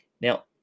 now